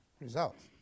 results